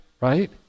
right